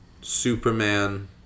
Superman